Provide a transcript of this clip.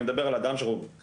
אני מדבר על אדם שקנה,